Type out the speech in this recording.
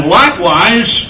likewise